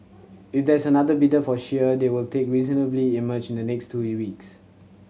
if there's another bidder for shire they will take reasonably emerge in the next two we weeks